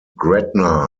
gretna